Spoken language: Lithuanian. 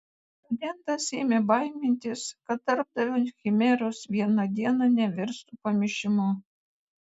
studentas ėmė baimintis kad darbdavio chimeros vieną dieną nevirstų pamišimu